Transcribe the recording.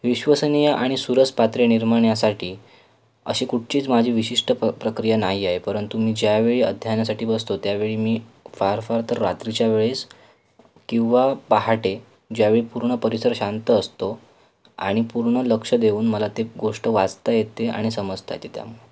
विश्वसनीय आणि सुरस पात्रे निर्मण्यासाठी अशी कुठचीच माझी विशिष्ट प प्रक्रिया नाही आहे परंतु मी ज्यावेळी अध्ययनासाठी बसतो त्यावेळी मी फार फार तर रात्रीच्या वेळेस किंवा पहाटे ज्यावेळी पूर्ण परिसर शांत असतो आणि पूर्ण लक्ष देऊन मला ते गोष्ट वाचता येते आणि समजता येते त्या